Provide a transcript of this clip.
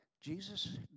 Jesus